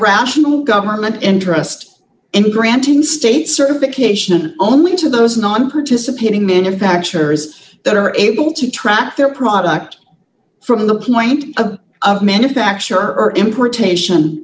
rational government interest in granting state certification only to those not participating manufacturers that are able to track their product from the point of manufacture or importation